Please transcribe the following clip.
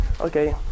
Okay